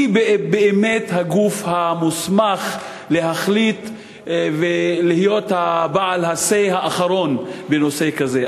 היא באמת הגוף המוסמך להחליט ולהיות בעל ה-say האחרון בנושא כזה.